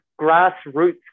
grassroots